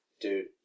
Dude